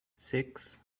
six